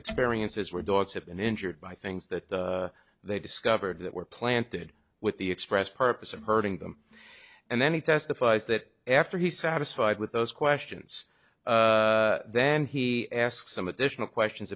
experiences were dogs have been injured by things that they discovered that were planted with the express purpose of hurting them and then he testifies that after he satisfied with those questions then he asked some additional questions